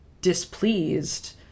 displeased